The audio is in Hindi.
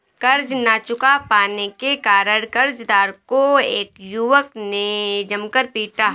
कर्ज ना चुका पाने के कारण, कर्जदार को एक युवक ने जमकर पीटा